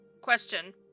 Question